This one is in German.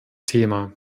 thema